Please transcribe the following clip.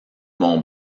mont